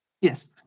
yes